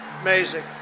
Amazing